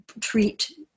treat